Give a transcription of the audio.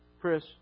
Chris